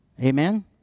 Amen